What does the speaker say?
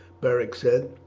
beric said.